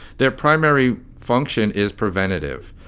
their primary function is preventative.